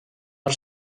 per